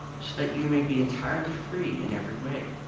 so that you may be entirely free in every way.